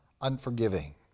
unforgiving